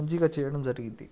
మంచిగా చేయడం జరిగింది